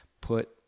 put